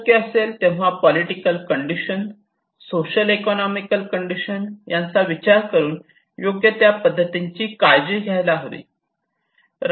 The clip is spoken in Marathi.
शक्य असेल तेव्हा political condition social economic condition यांचा विचार करून योग्य त्या पद्धतींची काळजी घ्यायला हवी